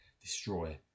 destroy